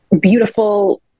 beautiful